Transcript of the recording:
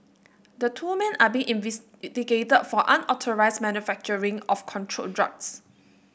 the two men are being investigated for unauthorised manufacturing of controlled drugs